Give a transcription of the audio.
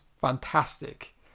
fantastic